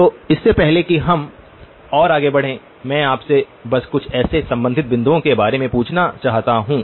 और इससे पहले कि हम और आगे बढ़ें मैं आपसे बस कुछ ऐसे संबंधित बिंदुओं के बारे में पूछना चाहता हूं